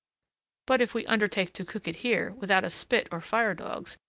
but if we undertake to cook it here, without a spit or fire-dogs,